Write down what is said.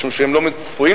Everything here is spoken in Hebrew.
משום שהם לא צפויים,